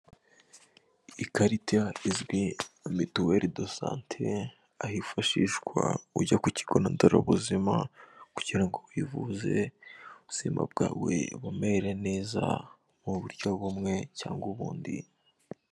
Ikarita izwi nka Mituelle de sante, aho yifashishwa ujya ku kigonderabuzima kugira ngo wivuze ubuzima bwawe bumere neza, mu buryo bumwe cyangwa ubundi.